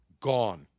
gone